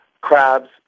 crabs